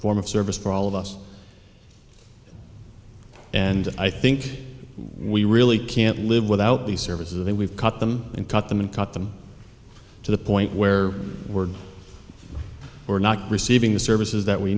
form of service for all of us and i think we really can't live without these services and we've cut them and cut them and cut them to the point where we're we're not receiving the services that we